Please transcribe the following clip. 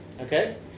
Okay